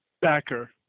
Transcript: backer